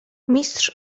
mistrz